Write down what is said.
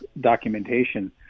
documentation